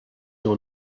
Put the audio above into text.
your